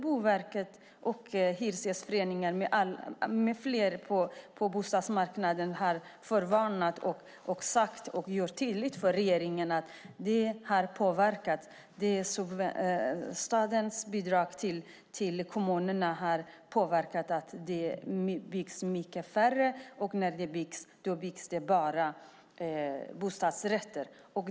Boverket, Hyresgästföreningen med flera på bostadsmarknaden har förvarnat och gjort tydligt för regeringen att statens bidrag till kommunerna har påverkat så att det byggs mycket mindre, och när det byggs så byggs det bara bostadsrätter.